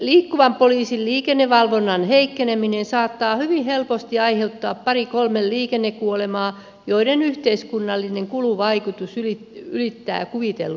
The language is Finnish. liikkuvan poliisin liikennevalvonnan heikkeneminen saattaa hyvin helposti aiheuttaa pari kolme liikennekuolemaa joiden yhteiskunnallinen kuluvaikutus ylittää kuvitellut säästöt